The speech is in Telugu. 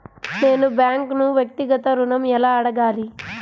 నేను బ్యాంక్ను వ్యక్తిగత ఋణం ఎలా అడగాలి?